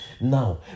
now